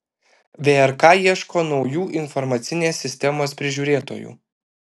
vrk ieško naujų informacinės sistemos prižiūrėtojų